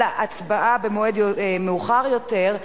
אלא הצבעה במועד מאוחר יותר,